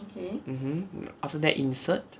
mmhmm after that insert